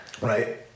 Right